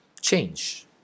change